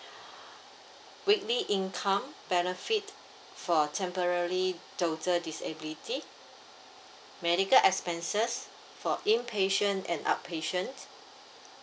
weekly income benefit for temporary total disability medical expenses for inpatient and outpatient